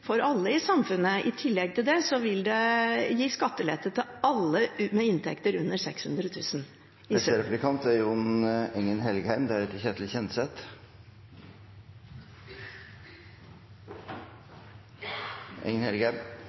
for alle i samfunnet. I tillegg vil det gi skattelette til alle med inntekt under